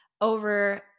Over